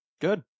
Good